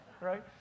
right